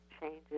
changes